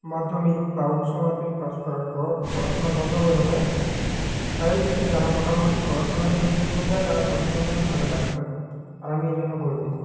মাধ্যমিক বা উচ্চমাধ্যমিক পাশ করার পর পড়াশোনা বন্ধ করে দেয় তাদের থেকে যারা মোটামোটি পড়াশোনাটা এগিয়ে নিয়ে যায় তারা সব সময়ের জন্য ভালো কাজ করে আর আমি এই জন্য গর্বিত